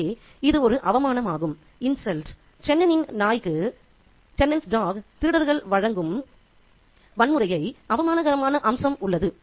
எனவே இது ஒரு அவமானமாகும் சென்னனின் நாய்க்குChennans dog திருடர்கள் வழங்கும் வன்முறைக்கு அவமானகரமான அம்சம் உள்ளது